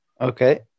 Okay